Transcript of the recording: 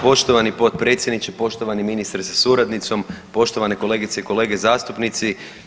Poštovani potpredsjedniče, poštovani ministre sa suradnicom, poštovane kolegice i kolege zastupnici.